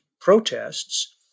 protests